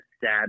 sad